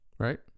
right